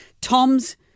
Tom's